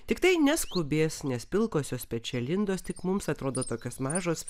tiktai neskubės nes pilkosios pečialindos tik mums atrodo tokios mažos